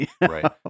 Right